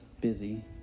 busy